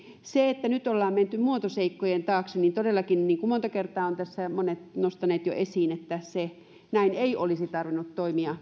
nyt ollaan menty muotoseikkojen taakse ja todellakaan niin kuin monta kertaa monet ovat jo nostaneet sen esiin näin ei olisi tarvinnut toimia